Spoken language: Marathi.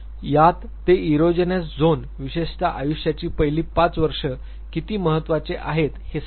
यात ते इरोजेनस झोन विशेषतः आयुष्याची पहिली पाच वर्षे किती महत्वाचे आहे हे सांगतात